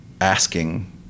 asking